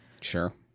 Sure